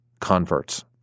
converts